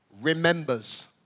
remembers